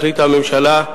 החליטה הממשלה,